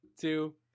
two